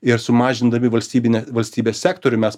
ir sumažindami valstybinę valstybės sektorių mes